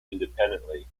independently